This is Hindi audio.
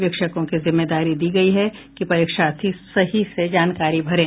वीक्षकों को जिम्मेदारी दी गयी है कि परीक्षार्थी सही से जानकारी भरे